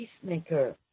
peacemaker